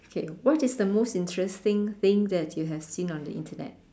okay what is the most interesting thing that you have seen on the internet